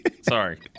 sorry